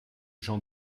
jean